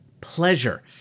pleasure